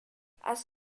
has